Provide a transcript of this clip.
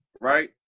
right